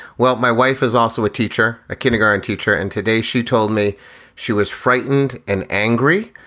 well, my wife is also a teacher, a kindergarten teacher. and today she told me she was frightened and angry.